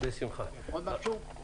עוד משהו?